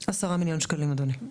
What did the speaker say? אדוני, 10 מיליון שקלים.